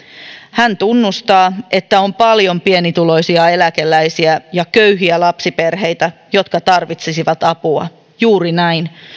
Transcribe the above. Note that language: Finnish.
hän tunnustaa että on paljon pienituloisia eläkeläisiä ja köyhiä lapsiperheitä jotka tarvitsisivat apua juuri näin